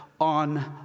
on